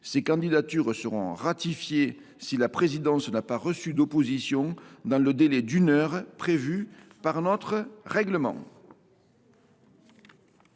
Ces candidatures seront ratifiées si la présidence n’a pas reçu d’opposition dans le délai d’une heure prévu par notre règlement.